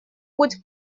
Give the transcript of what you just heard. путь